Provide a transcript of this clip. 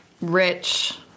rich